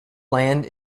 land